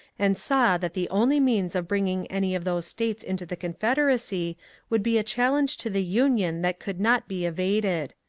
and saw that the only means of bring ing any of those states into the confederacy would be a challenge to the union that could not be evaded.